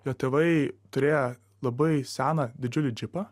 jo tėvai turėjo labai seną didžiulį džipą